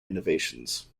innovations